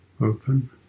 open